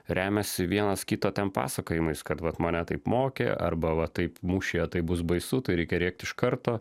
remiasi vienas kito ten pasakojimais kad vat mane taip mokė arba va taip mūšyje tai bus baisu tai reikia rėkti iš karto